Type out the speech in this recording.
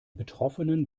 betroffenen